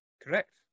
Correct